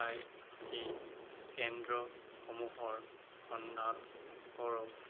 আই C কেন্দ্ৰসমূহৰ সন্ধান কৰক